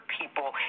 people